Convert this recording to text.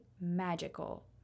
magical